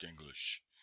English